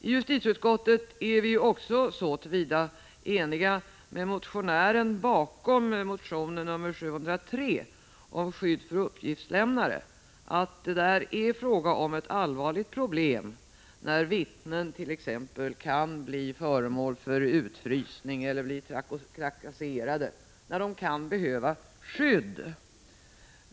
I justitieutskottet är vi också så till vida eniga med motionären bakom motion nr 703 om skydd för uppgiftslämnare att vi anser det vara ett allvarligt problem när vittnen t.ex. kan bli föremål för utfrysning eller bli trakasserade och kan behöva skydd.